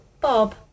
Bob